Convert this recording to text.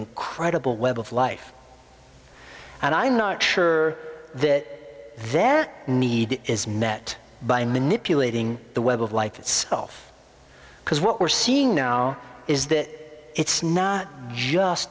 incredible web of life and i'm not sure that their need is met by manipulating the web of life it's self because what we're seeing now is that it's not just